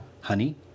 Honey